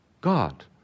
God